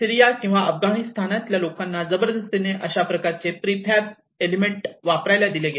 Syria किंवा अफगाणिस्तानातल्या लोकांना जबरदस्तीने अशा प्रकारचे प्रीफॅब एलिमेंट वापरायला दिले गेले